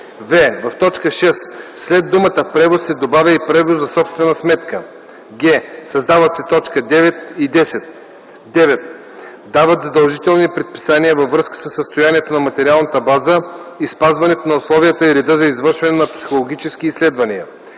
в) в т. 6 след думата „превоз” се добавя „и превоз за собствена сметка”; г) създават се точки 9 и 10: „9. дават задължителни предписания във връзка със състоянието на материалната база и спазването на условията и реда за извършване на психологически изследвания;